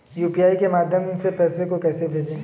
UPI के माध्यम से पैसे को कैसे भेजें?